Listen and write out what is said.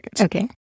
Okay